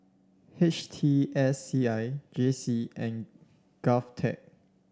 H T S C I J C and Govtech